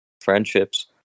friendships